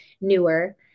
newer